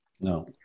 No